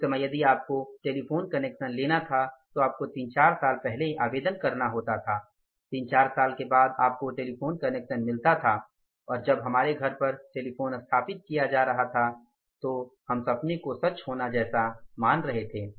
उस समय यदि आपको टेलीफोन कनेक्शन लेना था तो आपको तीन चार साल पहले आवेदन करना होता था तीन चार साल के बाद आपको टेलीफोन कनेक्शन मिलता था और जब हमारे घर पर टेलीफोन स्थापित किया जा रहा था तो हम सपने को सच होने जैसा मान रहे थे